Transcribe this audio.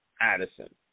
Addison